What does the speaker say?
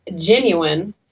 genuine